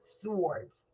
swords